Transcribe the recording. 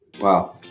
Wow